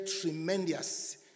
tremendous